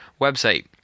website